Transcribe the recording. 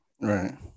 Right